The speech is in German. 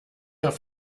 auf